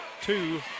two